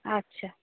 আচ্ছা